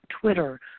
Twitter